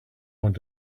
want